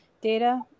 data